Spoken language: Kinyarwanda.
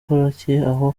aravuga